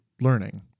learning